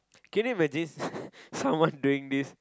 can you imagine someone doing this